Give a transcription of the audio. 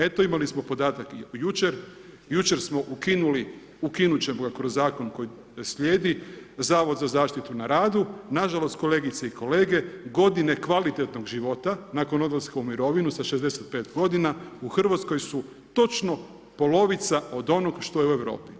Eto imali smo podatak i jučer, jučer smo ukinuli, ukinut ćemo ga kroz zakon koji slijedi, Zavod za zaštitu na radu, nažalost, kolegice i kolege, godine kvalitetnog života nakon odlaska u mirovinu sa 65 g. u Hrvatskoj su točno polovica od onog što je u Europi.